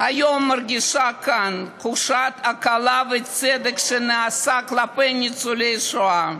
היום מרגישה כאן תחושת הקלה וצדק שנעשה כלפי ניצולי שואה.